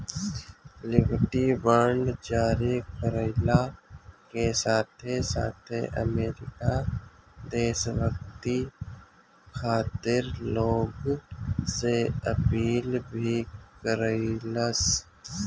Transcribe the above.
liberty bond जारी कईला के साथे साथे अमेरिका देशभक्ति खातिर लोग से अपील भी कईलस